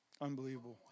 Unbelievable